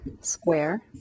square